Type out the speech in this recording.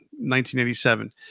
1987